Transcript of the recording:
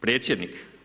Predsjednik?